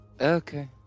okay